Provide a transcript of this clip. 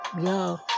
yo